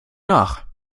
nach